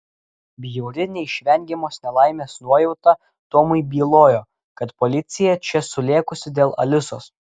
bjauri neišvengiamos nelaimės nuojauta tomui bylojo kad policija čia sulėkusi dėl alisos